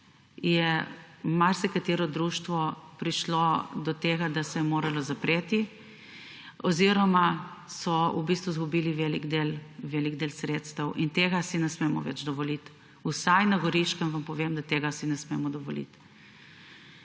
je marsikatero društvo prišlo do tega, da se je moralo zapreti oziroma so izgubili velik del sredstev. Tega si ne smemo več dovoliti. Vsaj na Goriškem, vam povem, da si tega ne smemo dovoliti.